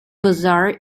bazar